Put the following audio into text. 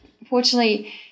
unfortunately